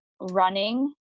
running